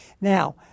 Now